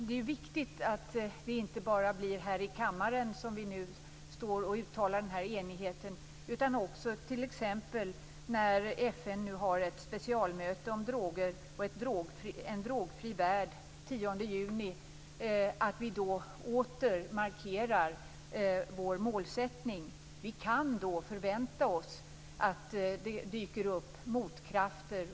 Det är viktigt att det inte bara blir här i kammaren som vi står och uttalar denna enighet utan också t.ex. när FN har ett specialmöte om droger och en drogfri värld den 10 juni och att vi då åter markerar vår målsättning. Vi kan då förvänta oss att det dyker upp motkrafter.